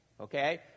Okay